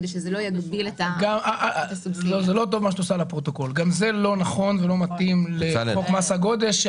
גם זה לא נכון ולא מתאים לחוק מס הגודש,